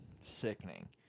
sickening